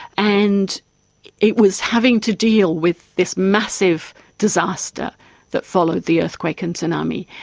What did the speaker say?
and it was having to deal with this massive disaster that followed the earthquake and tsunami.